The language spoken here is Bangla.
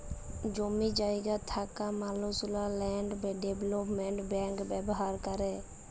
জমি জায়গা থ্যাকা মালুসলা ল্যান্ড ডেভলোপমেল্ট ব্যাংক ব্যাভার ক্যরে